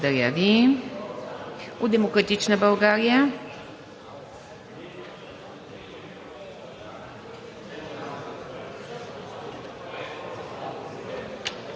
Благодаря Ви. От „Демократична България“